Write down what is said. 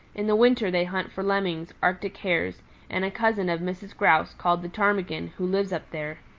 in the winter they hunt for lemmings, arctic hares and a cousin of mrs. grouse called the ptarmigan, who lives up there.